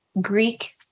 Greek